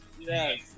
Yes